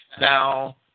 Now